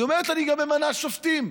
היא אומרת: אני ממנה גם שופטים.